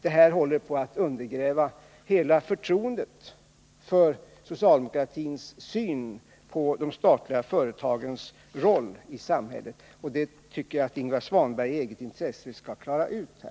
Det här håller på att undergräva hela förtroendet för socialdemokratins syn på de statliga företagens roll i samhället. Det tycker jag att Ingvar Svanberg i eget intresse skall klara upp.